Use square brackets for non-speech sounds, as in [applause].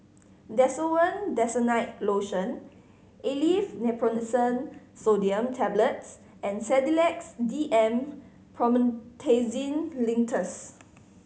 Desowen Desonide Lotion Aleve Naproxen Sodium Tablets and Sedilix D M Promethazine Linctus [noise]